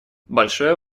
большое